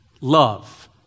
Love